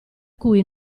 cui